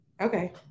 Okay